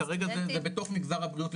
כרגע זה בתוך מגזר הבריאות,